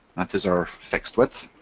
that is our fixed width,